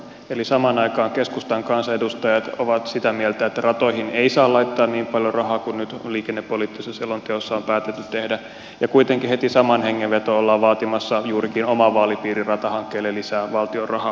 eli samaan aikaan keskustan kansanedustajat ovat sitä mieltä että ratoihin ei saa laittaa niin paljon rahaa kuin nyt liikennepoliittisessa selonteossa on päätetty tehdä ja kuitenkin heti samaan hengenvetoon ollaan vaatimassa juurikin oman vaalipiirin ratahankkeille lisää valtion rahaa